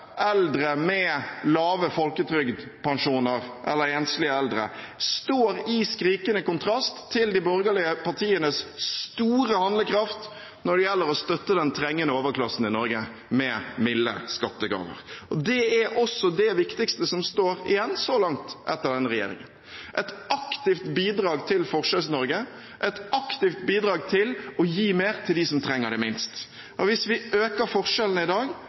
eldre med lave folketrygdpensjoner eller enslige eldre, står i skrikende kontrast til de borgerlige partienes store handlekraft når det gjelder å støtte den trengende overklassen i Norge med milde skattegaver. Det er også det viktigste som så langt står igjen etter denne regjeringen – et aktivt bidrag til Forskjells-Norge, et aktivt bidrag til å gi mer til dem som trenger det minst. Hvis vi øker forskjellene i dag,